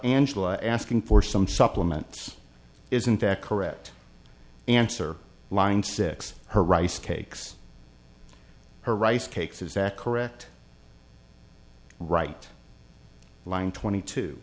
angela asking for some supplements isn't that correct answer line six her rice cakes her rice cakes is that correct right line twenty two